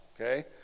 okay